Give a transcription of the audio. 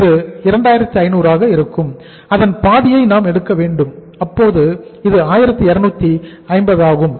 இது 2500 ஆக இருக்கும் அதன் பாதியை நாம் எடுக்க வேண்டும் அப்போது இது 1250 ஆகும்